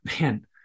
Man